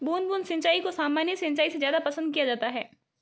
बूंद बूंद सिंचाई को सामान्य सिंचाई से ज़्यादा पसंद किया जाता है